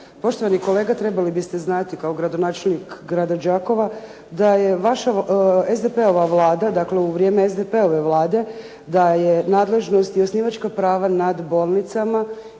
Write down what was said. Poštovani kolega, trebali biste znati kao gradonačelnik grada Đakova da je vaša SDP-ova Vlada, dakle u vrijeme SDP-ove Vlade, da je nadležnost i osnivačka prava nad bolnicama